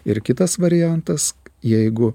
ir kitas variantas jeigu